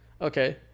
okay